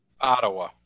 Ottawa